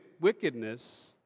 wickedness